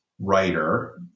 writer